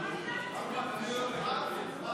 (מינויים) (תיקון,